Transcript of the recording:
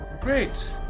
Great